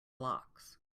blocks